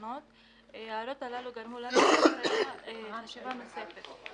ההערות הללו גרמו לנו לבקש ישיבה נוספת.